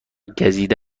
گزیده